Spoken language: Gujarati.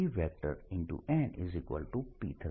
nP થશે